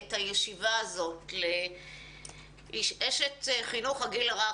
את הישיבה הזאת לאשת חינוך הגיל הרך,